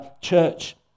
church